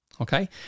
Okay